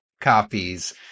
copies